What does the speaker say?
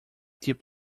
deep